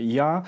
ja